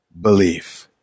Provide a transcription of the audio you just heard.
belief